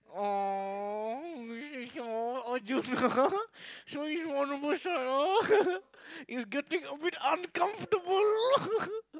!aww! Arjun he's getting a bit uncomfortable